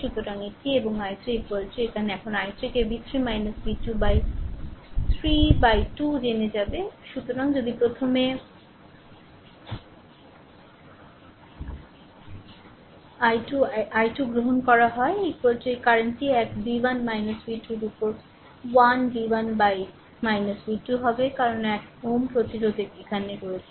সুতরাং এটি এবং i3 এখন i3 কে v3 v2 এর উপর 3 উপর 2 জেনে যাবে সুতরাং যদি প্রথমে i 2 i2 গ্রহণ করা হয় এই কারেন্টটি এক V1 v2 এর উপর 1 v1 v2 হবে কারণ এক Ω প্রতিরোধের এখানে রয়েছে